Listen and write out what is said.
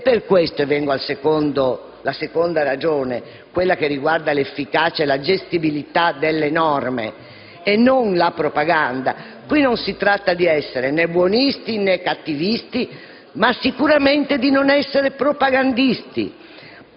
Vengo ora alla seconda ragione, quella che riguarda l'efficacia e la gestibilità delle norme, e non la propaganda. Qui non si tratta di essere buonisti o cattivisti: sicuramente non bisogna essere propagandisti.